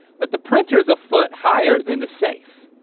but the printer's a foot higher than the safe.